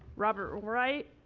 robert wright,